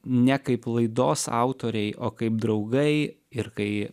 ne kaip laidos autoriai o kaip draugai ir kai